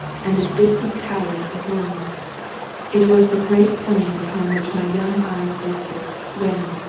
and the distant towers of worms it was the great plain upon which my young eyes rested, when,